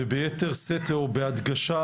וביתר שאת או בהדגשה,